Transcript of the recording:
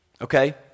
Okay